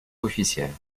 officielle